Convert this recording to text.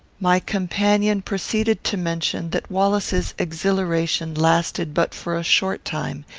my companion proceeded to mention that wallace's exhilaration lasted but for a short time,